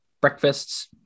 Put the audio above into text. breakfasts